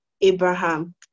Abraham